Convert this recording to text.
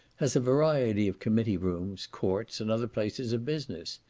has a variety of committee rooms, courts, and other places of business.